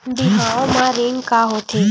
बिहाव म ऋण का होथे?